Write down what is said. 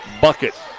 bucket